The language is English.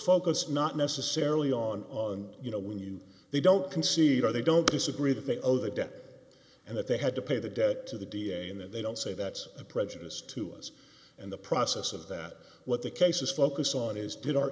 focus not necessarily on on you know when you they don't concede or they don't disagree that they owe the debt and that they had to pay the debt to the d a and then they don't say that's a prejudice to us and the process of that what the case is focus on is did our